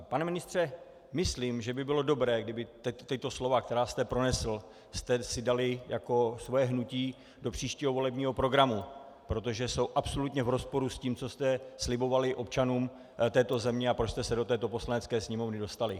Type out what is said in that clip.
Pane ministře, myslím, že by bylo dobré, kdybyste si tato slova, která jste pronesl, dali jako svoje hnutí do příštího volebního programu, protože jsou absolutně v rozporu s tím, co jste slibovali občanům této země a proč jste se do této Poslanecké sněmovny dostali.